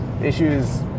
issues